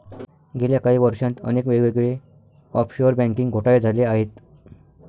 गेल्या काही वर्षांत अनेक वेगवेगळे ऑफशोअर बँकिंग घोटाळे झाले आहेत